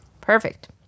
Perfect